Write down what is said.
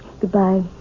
Goodbye